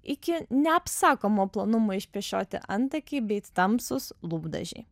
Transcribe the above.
iki neapsakomo plonumo išpešioti antakiai bei tamsūs lūpdažiai